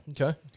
Okay